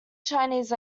chinese